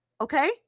Okay